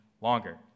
longer